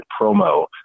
promo